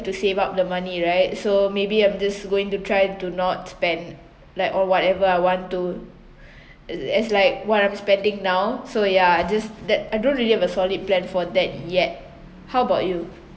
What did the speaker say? to save up the money right so maybe I'm just going to try to not spend like all whatever I want to a~ as like what I'm spending now so ya just that I don't really have a solid plan for that yet how about you